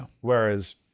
Whereas